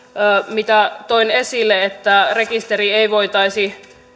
mitä toin esille että rekisteriin ei voitaisi